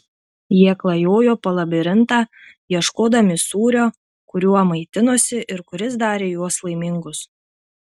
jie klajojo po labirintą ieškodami sūrio kuriuo maitinosi ir kuris darė juos laimingus